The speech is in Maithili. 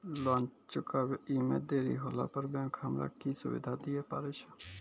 लोन चुकब इ मे देरी होला पर बैंक हमरा की सुविधा दिये पारे छै?